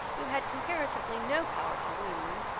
who had comparatively no power to wound them,